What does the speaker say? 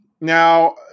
Now